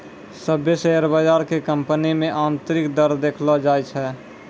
सभ्भे शेयर बजार के कंपनी मे आन्तरिक दर देखैलो जाय छै